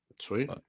Sweet